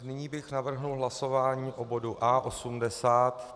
Nyní bych navrhl hlasování o bodu A80.